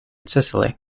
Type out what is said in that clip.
sicily